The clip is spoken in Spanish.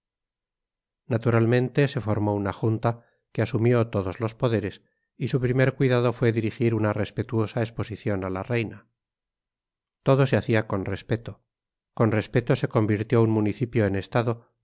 naturalmente se formó una junta que asumió todos los poderes y su primer cuidado fue dirigir una respetuosa exposición a la reina todo se hacía con respeto con respeto se convirtió un municipio en estado